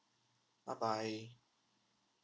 bye bye